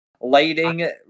Lighting